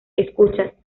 escucha